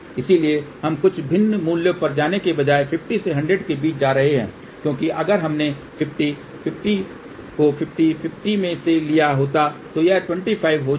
इसलिए हम कुछ भिन्न मूल्यों पर जाने के बजाय 50 से 100 के बीच जा रहे हैं क्योंकि अगर हमने 50 50 को 50 50 में ले लिया होता तो यह 25 हो जाता